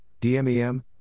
DMEM